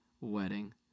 wedding